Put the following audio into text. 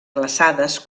glaçades